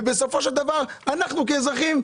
ובסופו של דבר אנחנו כאזרחים,